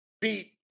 beat